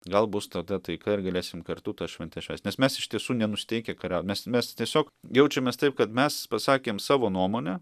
gal bus tada taika ir galėsim kartu tas šventes švęst nes mes iš tiesų nenusiteikę kariaut mes mes tiesiog jaučiamės taip kad mes pasakėm savo nuomonę